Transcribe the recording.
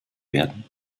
werden